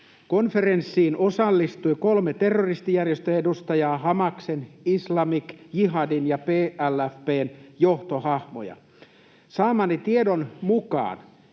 Konferenssiin osallistui kolme terroristijärjestöjen edustajaa, Hamaksen, Islamic Jihadin ja PFLP:n johtohahmoja. Saamani tiedon mukaan